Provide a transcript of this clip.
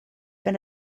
been